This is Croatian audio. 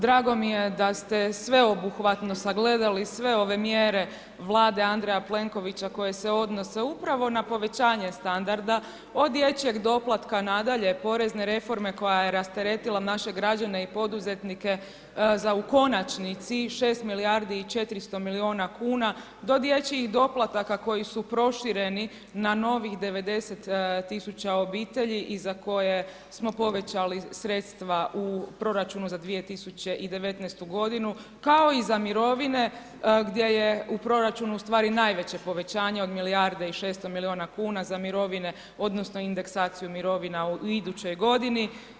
Drago mi je da ste sveobuhvatno sagledali sve ove mjere Vlade Andreja Plenkovića koje se odnose upravo na povećanje standarda od dječjeg doplatka nadalje, porezne reforme koja je rasteretila naše građane i poduzetnike za u konačnici 6 milijardi i 400 milijuna kuna, do dječjih doplataka koji su prošireni na novih 90 tisuća obitelji i za koje smo povećali sredstva u proračunu za 2019. kao i za mirovine gdje je u proračunu ustavi najveće povećanje od milijarde i 600 milijuna kuna za mirovine, odnosno indeksaciju mirovina u idućoj godini.